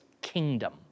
kingdom